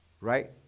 right